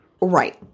Right